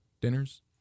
Dinners